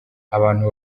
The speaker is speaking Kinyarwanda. abantu